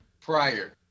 Prior